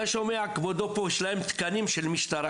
כבודו, אתה שומע פה שיש להם תקנים של משטרה